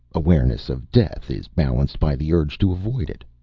awareness of death is balanced by the urge to avoid it.